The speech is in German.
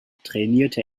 trainierte